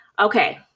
Okay